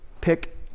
pick